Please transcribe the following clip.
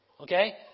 Okay